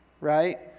right